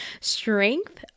Strength